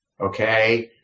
Okay